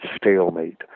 stalemate